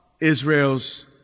Israel's